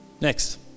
Next